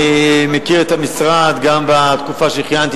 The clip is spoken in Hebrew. אני מכיר את המשרד גם מהתקופה שכיהנתי